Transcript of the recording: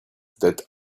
that